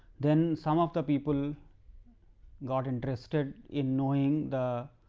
then some of the people got interested in knowing the